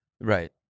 Right